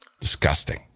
Disgusting